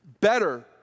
Better